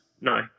No